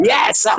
Yes